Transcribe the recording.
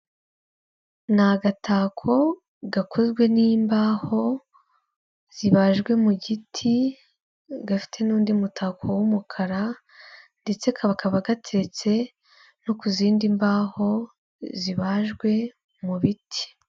Ni agatako gakozwe n'imbaho zibajwe mu giti, gafite n'undi mutako w'umukara ndetse kakaba gateretse no ku zindi mbaho zibajwe mu biti.